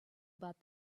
about